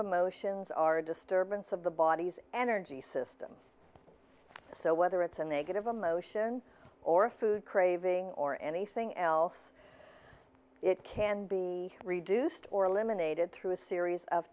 emotions are a disturbance of the body's energy system so whether it's a negative emotion or a food craving or anything else it can be reduced or eliminated through a series of